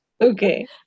Okay